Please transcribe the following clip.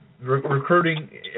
recruiting